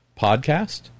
podcast